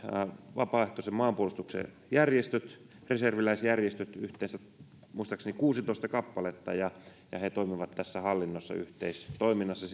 vapaaehtoisen maanpuolustuksen järjestöt reserviläisjärjestöt yhteensä muistaakseni kuusitoista kappaletta ja ja he toimivat tässä hallinnossa yhteistoiminnassa